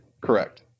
Correct